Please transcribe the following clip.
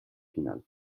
final